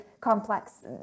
complex